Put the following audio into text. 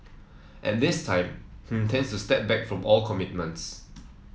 at this time he intends to step back from all commitments